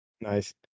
Nice